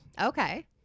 Okay